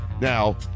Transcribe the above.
Now